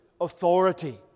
authority